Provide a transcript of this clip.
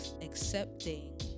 accepting